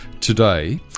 today